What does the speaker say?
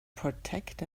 protect